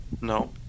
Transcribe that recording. no